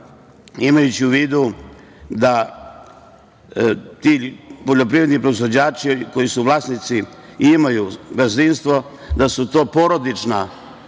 imajući u vidu da ti poljoprivredni proizvođači koji su vlasnici i imaju gazdinstvo, da su to porodična